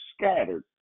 scattered